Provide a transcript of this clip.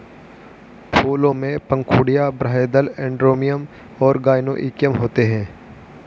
फूलों में पंखुड़ियाँ, बाह्यदल, एंड्रोमियम और गाइनोइकियम होते हैं